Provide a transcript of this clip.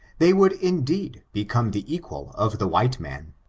they would indeed become the equal of the white man.